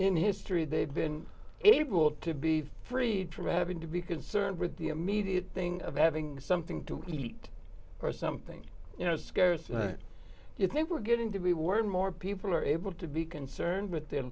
in history they've been able to be freed from having to be concerned with the immediate thing of having something to eat or something you know scares you think we're getting to be word more people are able to be concerned with the